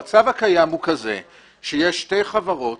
המצב הקיים הוא כזה שיש שתי חברות